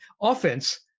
Offense